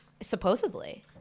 supposedly